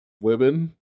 women